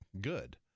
good